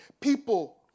people